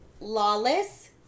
Lawless